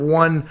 one